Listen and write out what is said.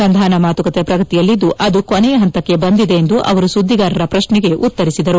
ಸಂಧಾನ ಮಾತುಕತೆ ಪ್ರಗತಿಯಲ್ಲಿದ್ದು ಅದು ಕೊನೆಯ ಹಂತಕ್ಕೆ ಬಂದಿದೆ ಎಂದು ಅವರು ಸುದ್ದಿಗಾರರ ಪ್ರಶ್ನೆಗೆ ಉತ್ತರಿಸಿದರು